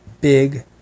big